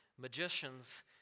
magicians